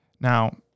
Now